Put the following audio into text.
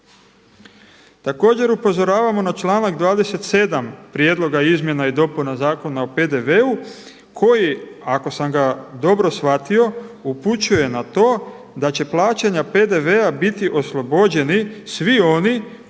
Također upozoravamo na članak 27. prijedloga izmjena i dopuna Zakona o PDV-u koji ako sam ga dobro shvatio upućuje na to da će plaćanja PDV-a biti oslobođeni svi oni koji